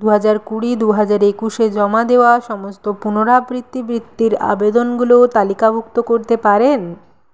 দু হাজার কুড়ি দু হাজার একুশে জমা দেওয়া সমস্ত পুনরাবৃত্তি বৃত্তির আবেদনগুলো তালিকাভুক্ত করতে পারেন